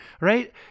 right